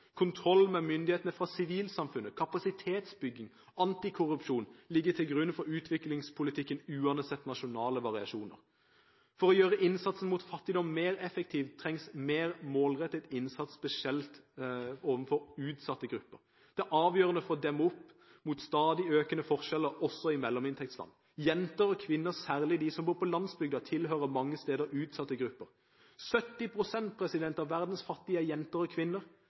kontroll, kontroll med myndighetene fra sivilsamfunnets side, kapasitetsbygging og antikorrupsjon ligge til grunn for utviklingspolitikken uansett nasjonale variasjoner. For å gjøre innsatsen mot fattigdom mer effektiv trengs mer målrettet innsats spesielt overfor utsatte grupper. Det er avgjørende for å demme opp mot stadig økende forskjeller, også i mellominntektsland. Jenter og kvinner, særlig de som bor på landsbygden, tilhører mange steder utsatte grupper. 70 pst. av verdens fattige er jenter og kvinner.